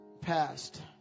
past